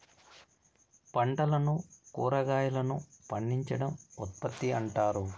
పంటలను కురాగాయలను పండించడం ఉత్పత్తి అంటారు